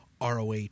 roh